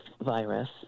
virus